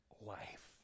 life